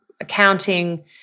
accounting